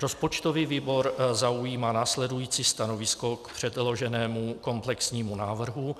Rozpočtový výbor zaujímá následující stanovisko k předloženému komplexnímu návrhu.